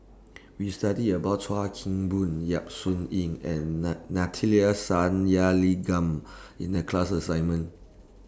We studied about Chuan Keng Boon Yap Su Yin and Sathyalingam in The class assignment